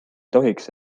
tohiks